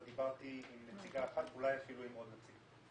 אבל דיברתי עם נציגה אחת ואולי אפילו עם עוד נציג.